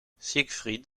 siegfried